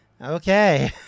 Okay